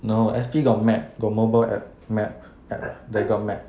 no S_P got map got mobile app map app then got map